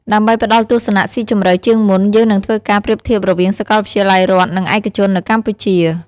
ដើម្បីផ្ដល់ទស្សនៈស៊ីជម្រៅជាងមុន យើងនឹងធ្វើការប្រៀបធៀបរវាងសាកលវិទ្យាល័យរដ្ឋ និងឯកជននៅកម្ពុជា ។